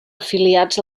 afiliats